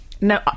No